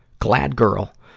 glad girl,